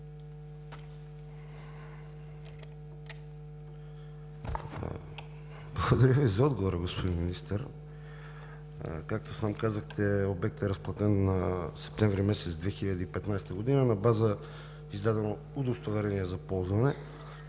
Благодаря Ви за отговора, господин Министър. Както сам казахте, обектът е разплатен септември месец 2015 г. на база издадено удостоверение за ползване.